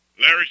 Larry